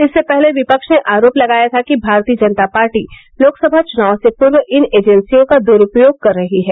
इससे पहले विपक्ष ने आरोप लगाया था कि भारतीय जनता पार्टी लोकसभा चुनाव से पूर्व इन एजेंसियों का द्रूपयोग कर रही है